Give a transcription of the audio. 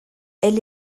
elle